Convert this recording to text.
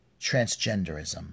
transgenderism